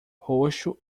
roxo